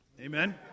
Amen